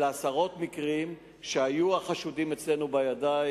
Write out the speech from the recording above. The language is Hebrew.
אלא עשרות מקרים שהיו חשודים אצלנו בידיים,